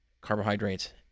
carbohydrates